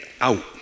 out